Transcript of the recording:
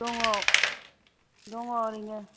दङ दङ ओरैनो